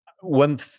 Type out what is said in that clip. one